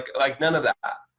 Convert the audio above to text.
like none of that.